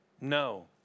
No